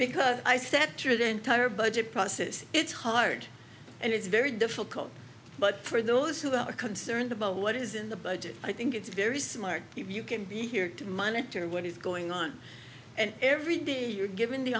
because i sat through the entire budget process it's hard and it's very difficult but for those who are concerned about what is in the budget i think it's very smart if you can be here to monitor what is going on and every day you're given the